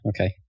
okay